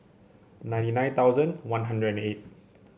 ninety nine thousand One Hundred and eight